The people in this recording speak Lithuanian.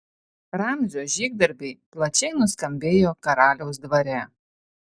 ramzio žygdarbiai plačiai nuskambėjo karaliaus dvare